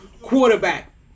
quarterback